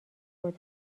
قدرت